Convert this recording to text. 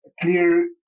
clear